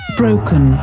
broken